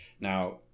Now